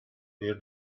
near